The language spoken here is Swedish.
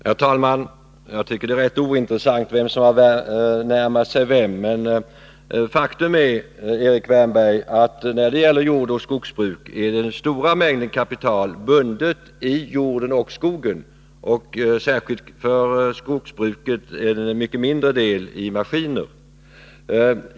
Herr talman! Vem som har närmat sig vem tycker jag är rätt ointressant. Men faktum är, Erik Wärnberg, att när det gäller jordoch skogsbruk är den stora andelen kapital bunden i jorden och skogen; särskilt gäller detta skogsbruket där en mycket mindre andel kapital är bunden i maskiner.